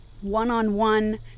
one-on-one